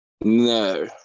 No